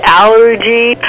allergy